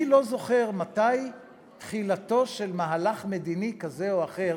אני לא זוכר מתי תחילתו של מהלך מדיני כזה או אחר,